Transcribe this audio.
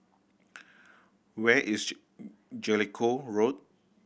where is Jellicoe Road